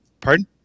Pardon